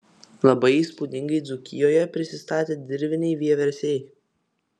labai įspūdingai dzūkijoje prisistatė dirviniai vieversiai